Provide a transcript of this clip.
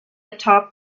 atop